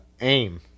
AIM